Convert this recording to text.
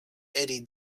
eddy